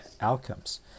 outcomes